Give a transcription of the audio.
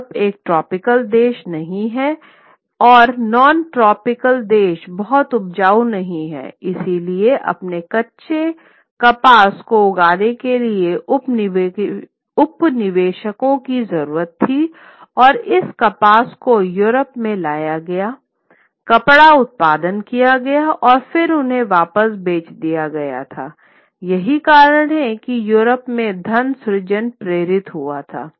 Europe एक tropical देश नहीं है और नॉन ट्रॉपिकल देश बहुत उपजाऊ नहीं हैं इसलिए अपने कच्चे कपास को उगाने के लिए उपनिवेशों की जरूरत थी और इस कपास को यूरोप में लाया गया कपड़ा उत्पादन किया गया और फिर उन्हें वापस बेच दिया गया था यही कारण है कि यूरोप में धन सृजन प्रेरित हुआ था